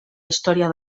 història